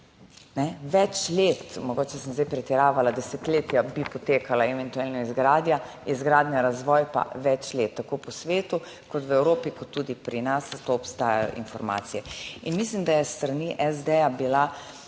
več let, mogoče sem zdaj pretiravala, desetletja bi potekala eventualno izgradnja, izgradnja, razvoj pa več let, tako po svetu, kot v Evropi, kot tudi pri nas, za to obstajajo informacije. in mislim, da je s strani SD bila